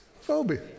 phobia